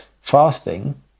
Fasting